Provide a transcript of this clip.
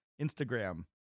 Instagram